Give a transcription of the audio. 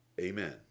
Amen